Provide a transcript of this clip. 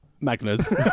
Magnus